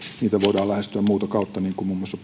lähestyä muuta kautta niin kuin muun muassa